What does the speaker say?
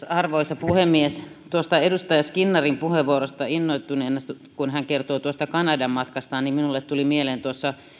arvoisa puhemies tuosta edustaja skinnarin puheenvuorosta innoittuneena kun hän kertoi tuosta kanadan matkastaan minulle tuli mieleen se kun tuossa